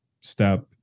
step